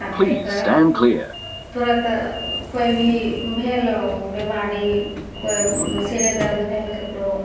कतेक तुरत कोइ भी भेल बीमारी कोइ सिरे दर्द भेल केकरो